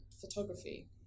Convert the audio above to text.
photography